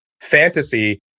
Fantasy